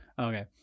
Okay